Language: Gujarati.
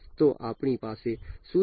તો આપણી પાસે શું છે